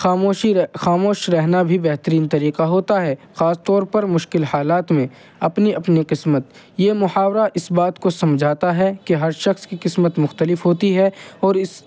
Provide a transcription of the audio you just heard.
خاموشی خاموش رہنا بھی بہترین طریقہ ہوتا ہے خاص طور پر مشکل حالات میں اپنی اپنی قسمت یہ محاورہ اس بات کو سمجھاتا ہے کہ ہر شخص کی قسمت مختلف ہوتی ہے اور اس